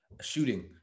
shooting